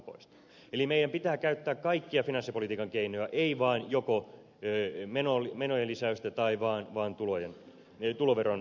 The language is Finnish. eli meidän pitää käyttää kaikkia finanssipolitiikan keinoja ei vain joko menojen lisäystä tai vain tuloveron keventämistä